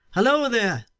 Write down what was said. halloa there!